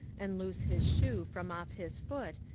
and loose his shoe from off his foot,